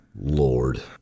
Lord